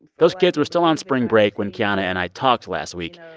those kids were still on spring break when kiana and i talked last week,